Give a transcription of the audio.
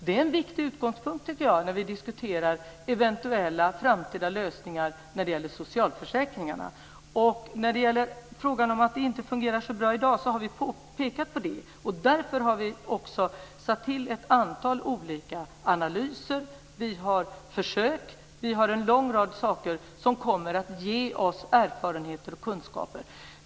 Det är en viktig utgångspunkt, tycker jag, när vi diskuterar eventuella framtida lösningar när det gäller socialförsäkringarna. När det gäller frågan om att det inte fungerar så bra i dag har vi pekat på det. Därför har vi också satt till ett antal olika analyser. Vi har försök, och vi har en lång rad saker som kommer att ge oss erfarenheter och kunskaper.